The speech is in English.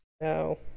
No